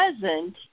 present